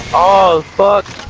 of but